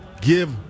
give